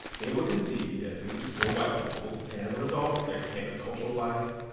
they were conceived as spaces for white people. and as a result, their campus cultural life,